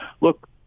look